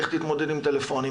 לך תתמודד עם טלפונים,